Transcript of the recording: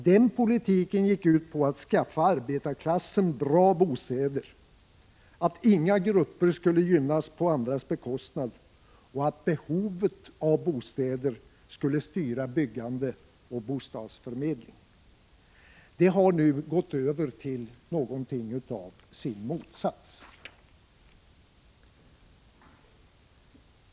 Den politiken gick ut på att skaffa arbetarklassen bra bostäder, den gick ut på att inga grupper skulle gynnas på andras bekostnad och på att behovet av bostäder skulle styra byggande och bostadsförmedling. Den har nu gått över till något av sin motsats.